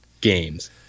games